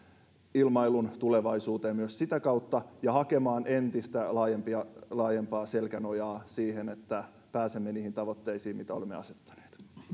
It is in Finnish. ilmailun tulevaisuuteen myös sitä kautta ja hakemaan entistä laajempaa laajempaa selkänojaa siihen että pääsemme niihin tavoitteisiin mitä olemme asettaneet